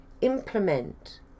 implement